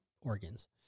organs